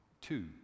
two